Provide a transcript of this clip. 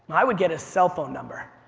i would get his cell phone number.